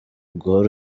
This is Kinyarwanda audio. guhora